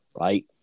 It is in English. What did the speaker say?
right